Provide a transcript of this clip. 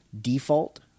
Default